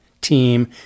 team